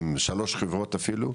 עם שלוש חברות אפילו,